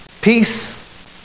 peace